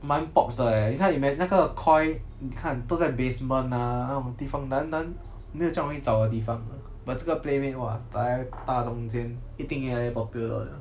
蛮 popz 的 leh 你看 when 那个 koi 你看都在 basement ah 那种地方难难没有这样容易找的地方 but 这个 playmade !wah! 中间一定越来越 popular 的